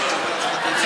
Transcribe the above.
רעיון שלנו בכלל.